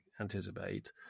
anticipate